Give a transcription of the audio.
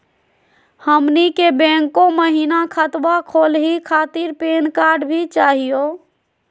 हमनी के बैंको महिना खतवा खोलही खातीर पैन कार्ड भी चाहियो?